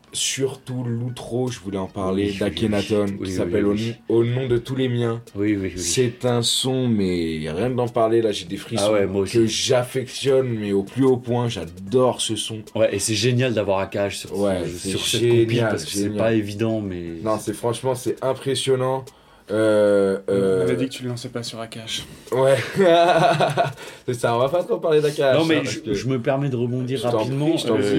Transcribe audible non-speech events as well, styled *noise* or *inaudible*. Surtout l'outro, je voulais en parler, Oui, oui, d'Akhenaton, oui, oui, qui oui, s'appelle oui, oui. au n- au nom de tous les miens. Oui, oui, oui, oui. C'est un son, mais rien que d'en parler, là, j'ai des frissons Ah ouais, moi que aussi. j'affectionne, mais au plus haut point, j'adore ce son. Ouais, et c'est génial d'avoir AKH sur Ouais, ce- c'est sur cette compile, génial, parce que c'est génial. pas évident, mais- Non, c'est- franchement, c'est impressionnant. Euh, euh, On a dit que tu le lançais pas sur AKH. Ouais. *laughs* C'est ça, on va pas trop parler d'AKH, Non, hein, mais parce je- que- je me permets de rebondir Je t'en prie, rapidement, je t'en euh, prie.